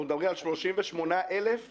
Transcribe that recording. אנחנו מדברים על 38,000 בקשות?